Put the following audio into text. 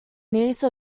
niece